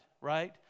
right